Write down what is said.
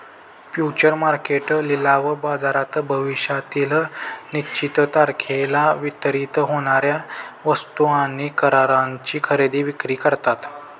future market लिलाव बाजारात भविष्यातील निश्चित तारखेला वितरित होणार्या वस्तू आणि कराराची खरेदी विक्री करतात